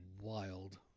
Wild